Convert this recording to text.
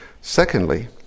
secondly